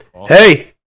Hey